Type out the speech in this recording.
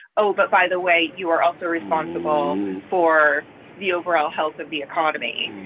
oh, but by the way, you are also responsible for the overall health of the economy.